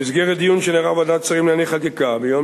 במסגרת דיון שנערך בוועדת השרים לענייני חקיקה ביום